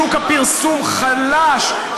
שוק הפרסום חלש,